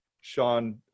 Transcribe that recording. sean